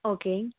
okay